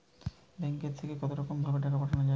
ব্যাঙ্কের থেকে কতরকম ভাবে টাকা পাঠানো য়ায়?